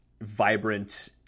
vibrant